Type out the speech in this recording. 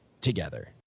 together